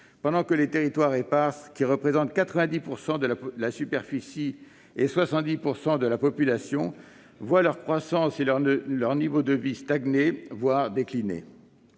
pendant que les « territoires épars », qui représentent 90 % de la superficie et 70 % de la population du pays, voient leur croissance et leur niveau de vie stagner, voire décliner.